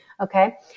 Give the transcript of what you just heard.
Okay